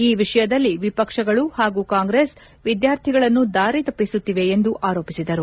ಈ ವಿಷಯದಲ್ಲಿ ವಿಪಕ್ಷಗಳು ಹಾಗೂ ಕಾಂಗ್ರೆಸ್ ವಿದ್ಯಾರ್ಥಿಗಳನ್ನು ದಾರಿತಪ್ಪಿಸುತ್ತಿವೆ ಎಂದು ಆರೋಪಿಸಿದರು